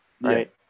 right